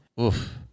oof